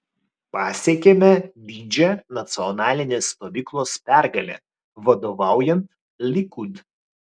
pasiekėme didžią nacionalinės stovyklos pergalę vadovaujant likud